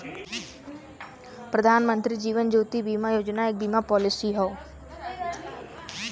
प्रधानमंत्री जीवन ज्योति बीमा योजना एक बीमा पॉलिसी हौ